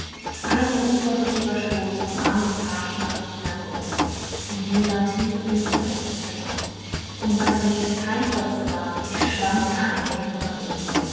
ein unvorsichtiger stoß vom arm des pagen warf die lampe um und nun war tiefe finsternis im zimmer und was für mich das peinvollste war ich schwamm in einem meere von öl